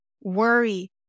worry